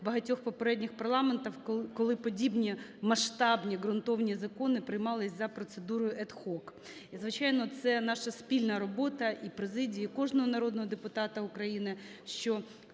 багатьох попередніх парламентів, коли подібні масштабні, ґрунтовні закони приймались за процедурою ad hoc. І, звичайно, це наша спільна робота і президії, і кожного народного депутата України, що